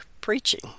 preaching